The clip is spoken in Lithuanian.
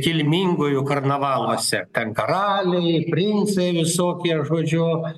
kilmingųjų karnavaluose ten karaliai princai visokie žodžiu